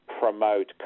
promote